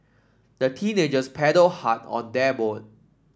the teenagers paddled hard on their boat